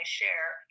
share